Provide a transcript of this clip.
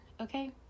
okay